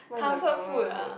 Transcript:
comfort food ah